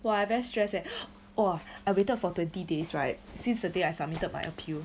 !wah! I very stressed eh !wah! I waited for twenty days right since the day I submitted my appeal